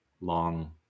long